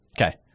Okay